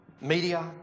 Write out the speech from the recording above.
media